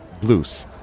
Blues